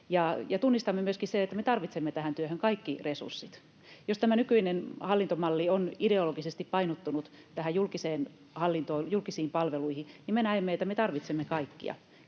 Tunnistamme myöskin sen, että me tarvitsemme tähän työhön kaikki resurssit — jos tämä nykyinen hallintomalli on ideologisesti painottunut julkiseen hallintoon ja julkisiin palveluihin, niin me näemme, että me tarvitsemme kaikkia,